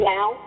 Now